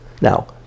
now